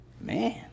Man